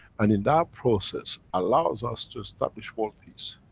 and, in that process, allows us to establish world peace.